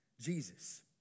Jesus